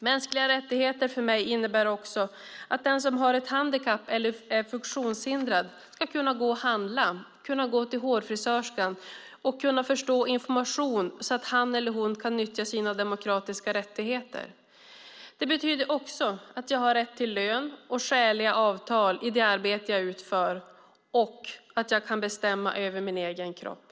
Mänskliga rättigheter innebär för mig också att den som har ett handikapp eller är funktionshindrad ska kunna gå och handla, kunna gå till hårfrisörskan och kunna förstå information så att han eller hon kan nyttja sina demokratiska rättigheter. Det betyder också att jag har rätt till lön och skäliga avtal i det arbete jag utför och att jag kan bestämma över min egen kropp.